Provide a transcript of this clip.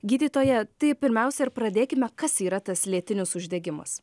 gydytoja tai pirmiausia ir pradėkime kas yra tas lėtinis uždegimas